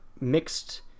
mixed